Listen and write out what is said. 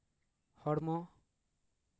ᱦᱚᱲᱢᱚ